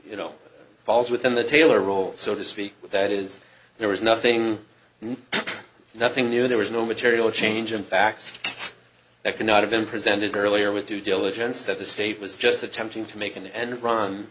you know falls within the taylor role so to speak that is there was nothing new nothing new there was no material change in fact that could not have been presented earlier with due diligence that the state was just attempting to make an en